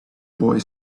boy